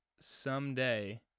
someday